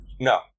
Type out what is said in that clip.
no